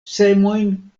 semojn